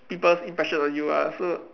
people's impression on you lah so